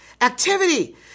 activity